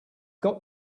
got